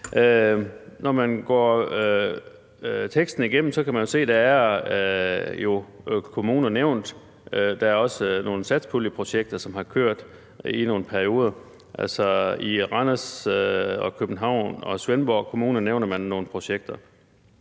Når man går teksten igennem, kan man jo se, at der er kommuner, der er nævnt. Der er også nogle satspuljeprojekter, som har kørt i nogle perioder. Altså, i Randers og København og Svendborg Kommuner nævner man nogle projekter.